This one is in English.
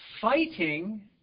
fighting